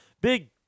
big